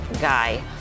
guy